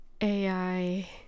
AI